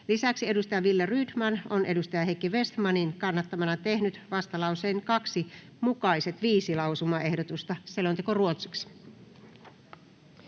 Lisäksi Wille Rydman on Heikki Vestmanin kannattamana tehnyt vastalauseen 2 mukaiset viisi lausumaehdotusta. Toiseen